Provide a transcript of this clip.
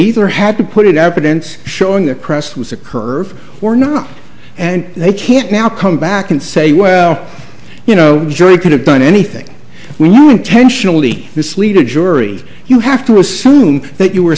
either had to put it out prevents showing the crest was a curve or not and they can't now come back and say well you know jury could have done anything when you intentionally mislead a jury you have to assume that you were